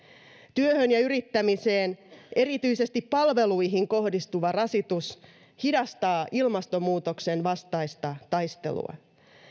työhön ja yrittämiseen erityisesti palveluihin kohdistuva rasitus hidastaa ilmastonmuutoksen vastaista taistelua